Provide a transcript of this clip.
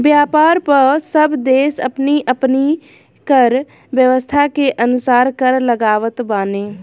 व्यापार पअ सब देस अपनी अपनी कर व्यवस्था के अनुसार कर लगावत बाने